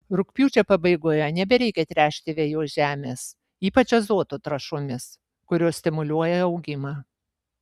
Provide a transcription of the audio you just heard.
rugpjūčio pabaigoje nebereikia tręšti vejos žemės ypač azoto trąšomis kurios stimuliuoja augimą